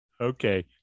Okay